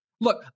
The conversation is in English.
Look